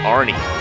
Arnie